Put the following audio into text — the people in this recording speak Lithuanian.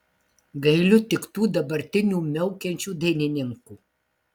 gailiu tik tų dabartinių miaukiančių dainininkų